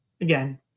again